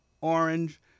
orange